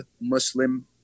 Muslim